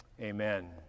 Amen